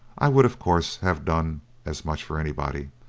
i would of course have done as much for anybody.